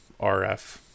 RF